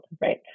right